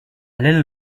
little